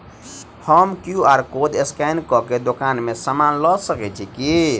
हम QR code scan कऽ केँ दुकान मे समान लऽ सकैत छी की?